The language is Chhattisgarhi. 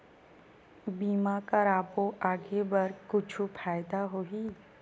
बीमा करबो आगे बर कुछु फ़ायदा होही?